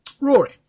Rory